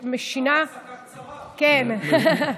שינה, זאת רק הפסקה קצרה, זה לא הסוף.